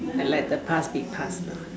let the past be past lah